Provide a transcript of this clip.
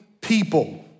people